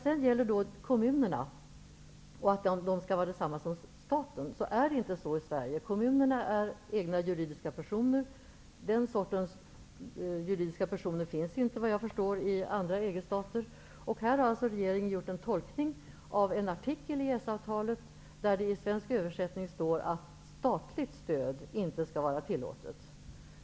I Sverige är inte kommunerna detsamma som staten. Kommunerna är egna juridiska personer. Den sortens juridiska personer finns, såvitt jag förstår, inte i EG-staterna. Här har regeringen gjort en tolkning av en artikel i EES-avtalet, där det i svensk översättning står att statligt stöd inte skall vara tillåtet.